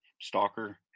stalker